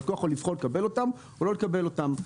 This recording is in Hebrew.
הלקוח יכול לבחור לקבל אותן או לא לקבל אותן.